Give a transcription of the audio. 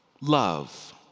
Love